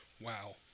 Wow